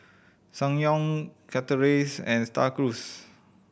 Ssangyong Chateraise and Star Cruise